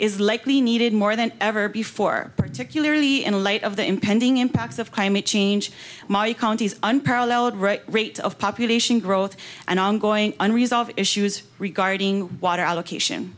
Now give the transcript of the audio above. is likely needed more than ever before particularly in light of the impending impacts of climate change my county is unparalleled rate of population growth and ongoing unresolved issues regarding water allocation